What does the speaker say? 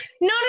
no